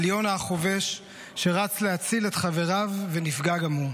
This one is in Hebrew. על יונה החובש שרץ להציל את חבריו ונפגע גם הוא.